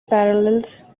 parallels